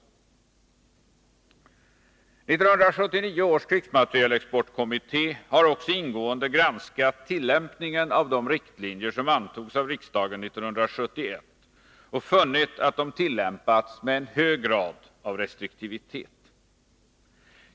1979 års krigsmaterielexportkommitté har också ingående granskat tillämpningen av de riktlinjer som antogs av riksdagen 1971 och funnit att de tillämpats med en hög grad av restriktivitet.